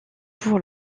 pour